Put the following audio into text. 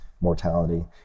mortality